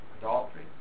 Adultery